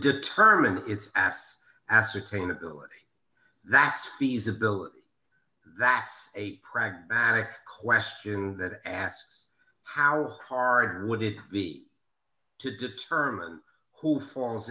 determine its ass ascertain ability that's feasibility that's a pragmatic question that asks how hard would it be to determine who falls